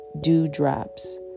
dewdrops